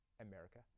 America